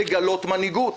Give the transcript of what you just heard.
לגלות מנהיגות.